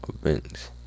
events